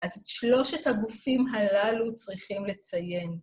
אז שלושת הגופים הללו צריכים לציין.